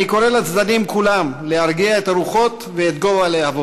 אני קורא לצדדים כולם להרגיע את הרוחות ואת גובה הלהבות.